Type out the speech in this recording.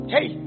Hey